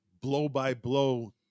blow-by-blow